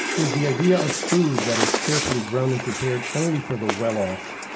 is the idea of food that is carefully grown and prepared only for the well-off?